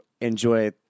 enjoy